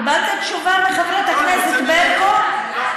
קיבלת תשובה מחברת הכנסת ברקו, לא,